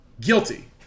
guilty